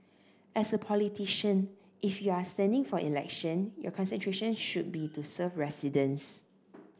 as a politician if you are standing for election your concentration should be to serve residents